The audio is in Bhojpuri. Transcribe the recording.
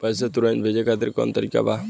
पैसे तुरंत भेजे खातिर कौन तरीका बा?